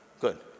good